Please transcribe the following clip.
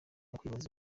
yakwibaza